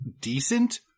decent